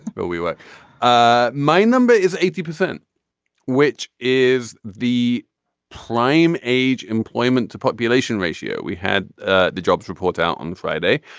well we were ah my number is eighty percent which is the plame age employment to population ratio. we had ah the jobs report out on friday.